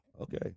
okay